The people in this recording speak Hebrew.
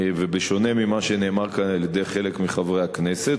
ובשונה ממה שנאמר כאן על-ידי חלק מחברי הכנסת,